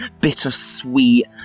bittersweet